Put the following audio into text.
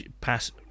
pass